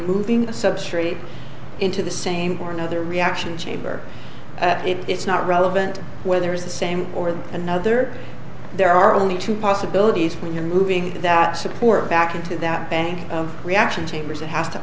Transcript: moving a substrate into the same or another reaction chamber at it it's not relevant whether it's the same or another there are only two possibilities when you're moving that support back into that bank of reaction chambers it has to